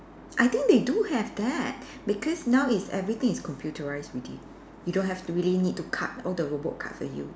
I think they do have that because now it's everything is computerised already you don't have to really need to cut all the robot cut for you